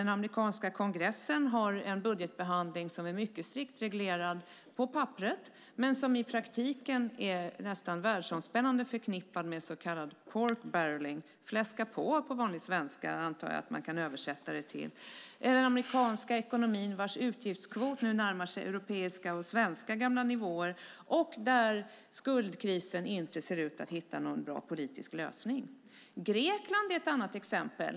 Den amerikanska kongressen har en budgetbehandling som är mycket strikt reglerad på papperet men som i praktiken är nästan världsomspännande förknippad med så kallad pork-barreling - jag antar att man på vanlig svenska kan översätta det till fläska på - i den amerikanska ekonomin, vars utgiftskvot nu närmar sig europeiska och svenska gamla nivåer och där det inte ser ut som att man hittar någon bra politisk lösning i fråga om skuldkrisen. Grekland är ett annat exempel.